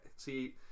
See